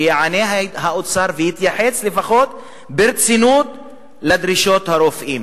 שיענה האוצר ויתייחס לפחות ברצינות לדרישות הרופאים.